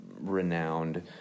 renowned